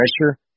pressure